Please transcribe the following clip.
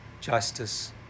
justice